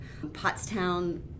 Pottstown